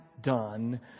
done